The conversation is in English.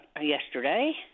yesterday